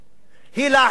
היא להחליש אותו.